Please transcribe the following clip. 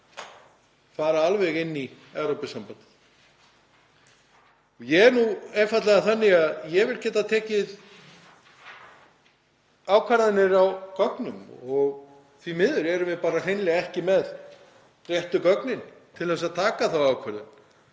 fara alveg inn í Evrópusambandið. Ég er nú einfaldlega þannig að ég vil geta tekið ákvarðanir byggðar á gögnum og því miður erum við hreinlega ekki með réttu gögnin til að taka þá ákvörðun,